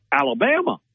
Alabama